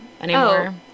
anymore